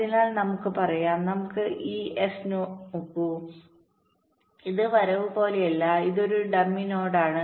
അതിനാൽ നമുക്ക് പറയാം നമുക്ക് ഈ എസ് നോക്കൂ ഇത് വരവ് പോലെയല്ല ഇതൊരു ഡമ്മി നോഡാണ്